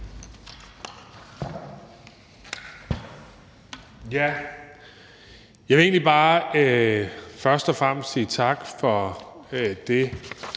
Tak. Jeg vil egentlig bare først og fremmest sige tak for det